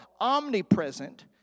omnipresent